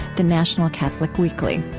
the national catholic weekly.